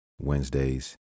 Wednesdays